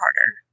harder